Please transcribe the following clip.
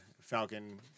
Falcon